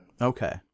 Okay